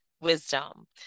wisdom